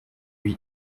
lui